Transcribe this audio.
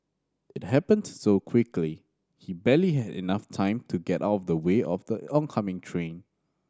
it happened so quickly he barely had enough time to get out of the way of the oncoming train